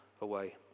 away